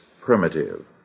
primitive